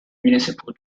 municipal